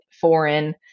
foreign